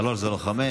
שלוש זה לא חמש,